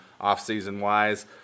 off-season-wise